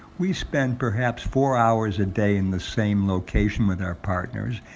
we spend perhaps four hours a day in the same location with our partners.